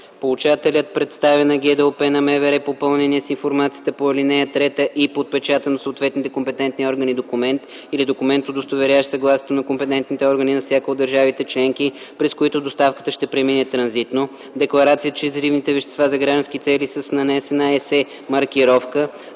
Получателят представя на ГДОП на МВР попълнения с информацията по ал. 3 и подпечатан от съответните компетентни органи документ или документ, удостоверяващ съгласието на компетентните органи на всяка от държавите членки, през които доставката ще премине транзитно, декларация, че взривните вещества за граждански цели са с нанесена “СЕ” маркировка